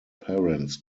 parents